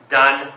done